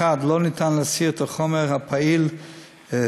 1. לא ניתן להסיר את החומר הפעיל methylphenidate,